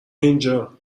اینجا